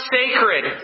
sacred